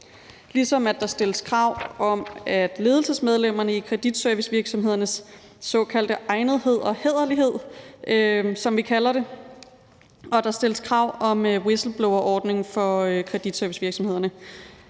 ligesom der stilles krav om ledelsesmedlemmerne i kreditservicevirksomhedernes såkaldte egnethed og hæderlighed, som vi kalder det, og at der stilles krav om whistleblowerordningen for kreditservicevirksomhederne.